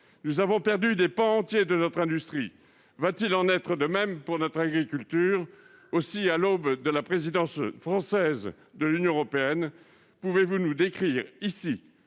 Nous avons perdu des pans entiers de notre industrie ; en sera-t-il de même pour notre agriculture ? Aussi, à l'aube de la présidence française de l'Union européenne, pouvez-vous décrire, ici,